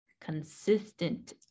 consistent